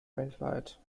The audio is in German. weltweit